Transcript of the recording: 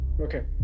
Okay